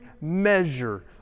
measure